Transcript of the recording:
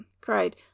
cried